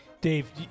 Dave